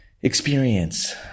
experience